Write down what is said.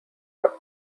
cup